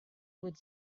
would